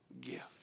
gift